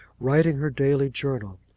writing her daily journal.